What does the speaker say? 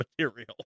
material